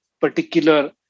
particular